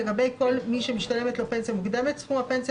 לגבי כל מי שמשתלמת לו פנסיה מוקדמת סכום הפנסיה